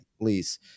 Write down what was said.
lease